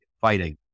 fighting